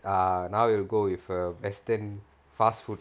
err now we'll go with err western fast food